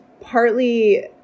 partly